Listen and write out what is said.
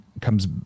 comes